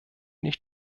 nicht